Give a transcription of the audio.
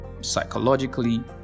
psychologically